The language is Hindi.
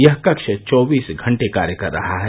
यह कक्ष चौबीस घंटे कार्य कर रहा है